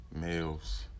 Males